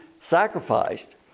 sacrificed